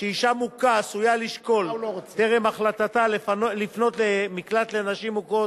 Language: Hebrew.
שאשה מוכה עשויה לשקול טרם החלטתה לפנות למקלט לנשים מוכות